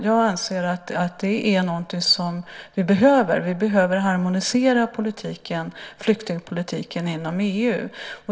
Jag anser att det är någonting som vi behöver. Vi behöver harmonisera flyktingpolitiken inom EU.